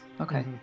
Okay